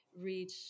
reach